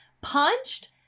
punched